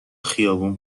خیابون